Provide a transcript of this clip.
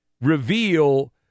reveal